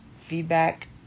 feedback